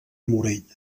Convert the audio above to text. morell